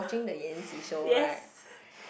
watching the Yan-Xi show right